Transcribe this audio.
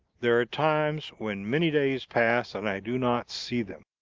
there are times when many days pass and i do not see them.